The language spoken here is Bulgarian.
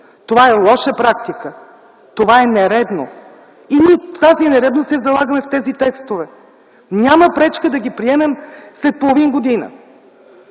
Това е лоша практика. Това е нередно и тази нередност ние я залагаме в тези текстове! Няма пречка да ги приемем след половин година